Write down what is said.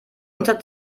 unter